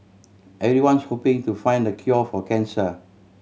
everyone's hoping to find the cure for cancer